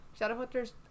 Shadowhunters